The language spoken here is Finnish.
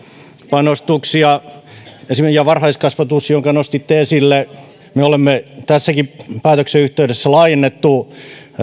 panostuksia ja varhaiskasvatus jonka nostitte esille me olemme tässäkin päätöksen yhteydessä laajentaneet